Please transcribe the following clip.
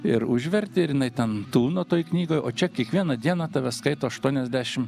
ir užverti ir jinai ten tūno toj knygoj o čia kiekvieną dieną tave skaito aštuoniasdešimt